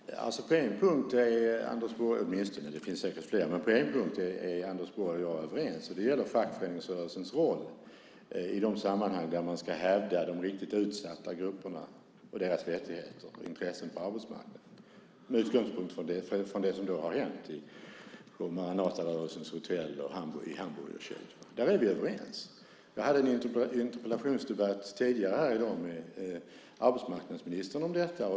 Herr talman! På en punkt, det finns säkert flera, är Anders Borg och jag överens. Det gäller fackföreningsrörelsens roll i de sammanhang där man ska hävda de riktigt utsatta grupperna och deras rättigheter och intressen på arbetsmarknaden, med utgångspunkt i det som har hänt på Maranatarörelsens hotell och i hamburgerkedjorna. Där är vi överens. Jag hade en interpellationsdebatt tidigare i dag med arbetsmarknadsministern om detta.